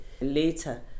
later